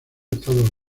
estados